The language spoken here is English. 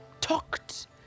talked